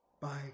Bye